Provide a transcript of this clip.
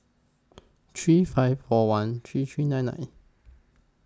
three five four one three three nine nine